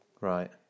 Right